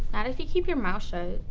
not if you keep your mouth shut.